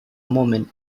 moment